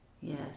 Yes